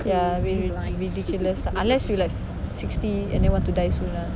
ya ridi~ ridiculous unless you like sixty and then want to die soon lah